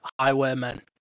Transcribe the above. Highwaymen